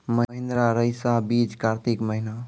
महिंद्रा रईसा बीज कार्तिक महीना?